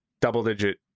double-digit